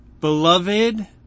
Beloved